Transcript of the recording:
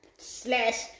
Slash